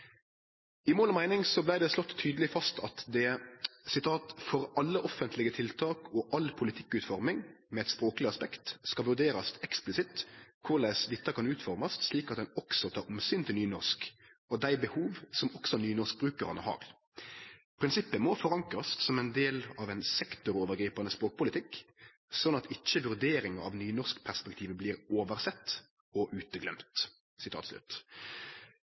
I Mål og meining vart det slått tydeleg fast at det «… for alle offentlege tiltak og all politikkutforming med eit språkleg aspekt skal vurderast eksplisitt korleis dette kan utformast slik at ein også tek omsyn til nynorsk og dei behov som også nynorskbrukarane har. Prinsippet må forankrast som ein del av ein sektorovergripande språkpolitikk, slik at ikkje vurderinga av nynorskperspektivet blir oversett og